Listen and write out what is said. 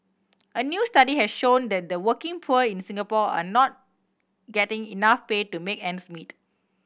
a new study has shown that the working poor in Singapore are not getting enough pay to make ends meet